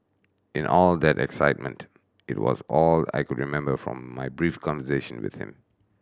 in all that excitement it was all I could remember from my brief conversation with him